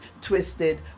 twisted